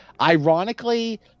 Ironically